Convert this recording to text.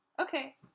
Okay